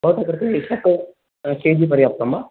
भवतः कृते षट् केजि पर्याप्तं वा